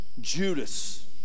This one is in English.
Judas